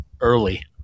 early